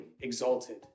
exalted